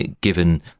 given